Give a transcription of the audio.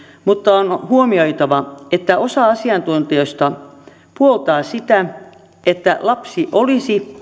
mutta on huomioitava että osa asiantuntijoista puoltaa sitä että lapsi olisi